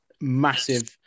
massive